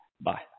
Bye